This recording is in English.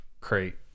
crate